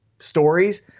stories